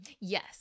Yes